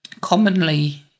commonly